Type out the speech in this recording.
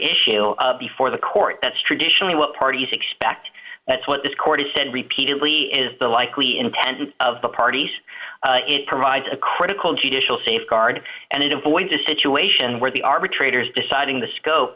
issue before the court that's traditionally what parties expect that's what this court has said repeatedly is the likely intent of the parties it provides a critical judicial safeguard and it avoids a situation where the arbitrators deciding the scope